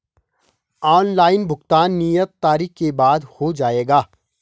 Online भुगतान नियत तारीख के बाद हो जाएगा?